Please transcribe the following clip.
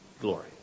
glory